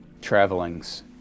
Travelings